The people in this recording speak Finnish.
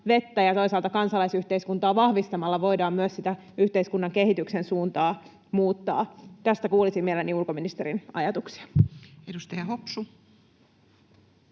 ja toisaalta kansalaisyhteiskuntaa vahvistamalla voidaan myös yhteiskunnan kehityksen suuntaa muuttaa. Tästä kuulisin mielelläni ulkoministerin ajatuksia. [Speech 251]